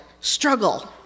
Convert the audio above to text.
struggle